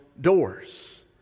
doors